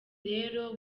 rero